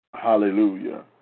Hallelujah